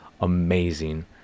amazing